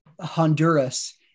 Honduras